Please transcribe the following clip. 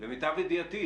למיטב ידיעתי,